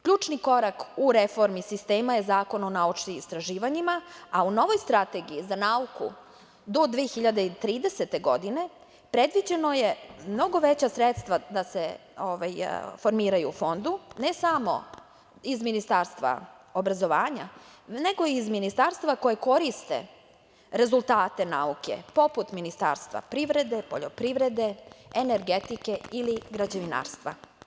Ključni korak u reformi sistema je Zakon o naučnim istraživanjima, a u novoj Strategiji za nauku do 2030. godine predviđeno je da se mnogo veća sredstva formiraju u Fondu ne samo iz Ministarstva obrazovanja, nego i iz ministarstva koja koriste rezultate nauke, poput Ministarstva privrede, poljoprivrede, energetike ili građevinarstva.